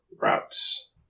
routes